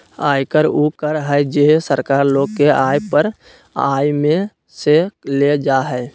आयकर उ कर हइ जे सरकार लोग के आय पर आय में से लेल जा हइ